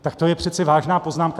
Tak to je přece vážná poznámka.